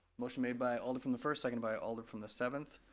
motion made by alder from the first, second by alder from the seventh.